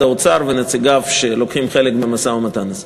האוצר ונציגיו שלוקחים חלק במשא-ומתן הזה.